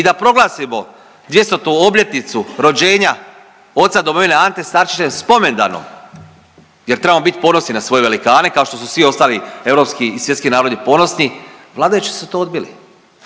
i da proglasimo dvjestotu obljetnicu rođenja Oca Domovine Ante Starčevića spomendanom, jer trebamo biti ponosni na svoje velikane kao što su svi ostali europski i svjetski narodi ponosni. Vladajući su to odbili,